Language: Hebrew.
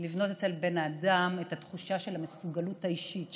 לבנות אצל האדם את התחושה של המסוגלות האישית,